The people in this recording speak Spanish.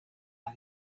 las